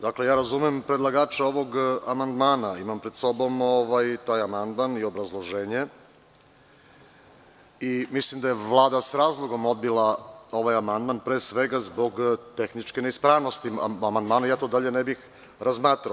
Dakle, ja razumem predlagača ovog amandmana, imam pred sobom taj amandman i obrazloženje i mislim da je Vlada s razlogom odbila ovaj amandman, pre svega zbog tehničke neispravnosti amandmana, ja to dalje ne bih razmatrao.